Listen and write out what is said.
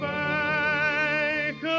back